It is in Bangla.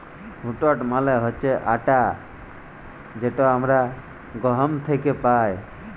হুইট মালে হছে আটা যেট আমরা গহম থ্যাকে পাই